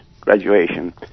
graduation